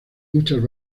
muchas